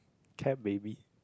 cab baby